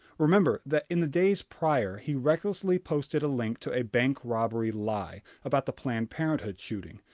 remember that in the days prior, he recklessly posted a link to a bank robbery lie about the planned parenthood shooting,